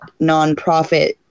nonprofit